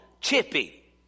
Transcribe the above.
Chippy